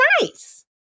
nice